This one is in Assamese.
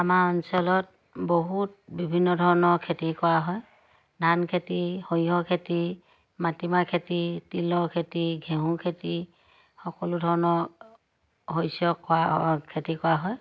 আমাৰ অঞ্চলত বহুত বিভিন্ন ধৰণৰ খেতি কৰা হয় ধান খেতি সৰিয়হৰ খেতি মাটিমাহ খেতি তিলৰ খেতি ঘেঁহু খেতি সকলো ধৰণৰ শস্য কৰা খেতি কৰা হয়